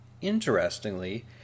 Interestingly